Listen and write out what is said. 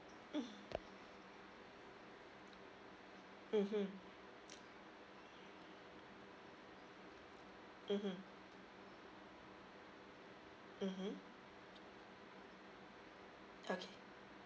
mm mmhmm okay